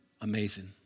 Amazing